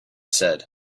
said